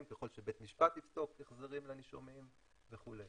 ככל שבית משפט יפסוק החזרים לנישומים וכו'.